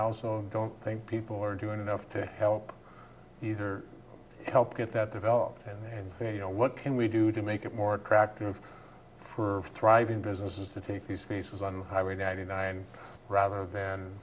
also don't think people are doing enough to help either help get that developed and you know what can we do to make it more attractive for thriving businesses to take these pieces on highway ninety nine rather than